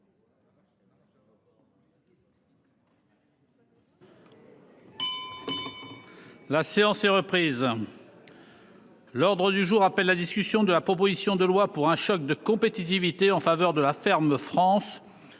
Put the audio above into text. La séance est reprise. L'ordre du jour appelle la discussion de la proposition de loi pour un choc de compétitivité en faveur de la ferme France.